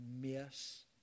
miss